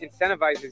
incentivizes